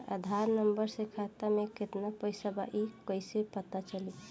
आधार number से खाता में केतना पईसा बा ई क्ईसे पता चलि?